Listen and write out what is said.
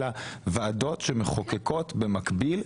אלא ועדות שמחוקקות במקביל,